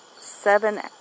Seven